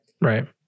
Right